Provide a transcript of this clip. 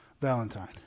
valentine